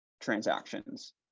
transactions